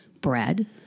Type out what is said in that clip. bread